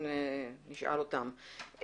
נשאל אותם.